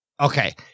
Okay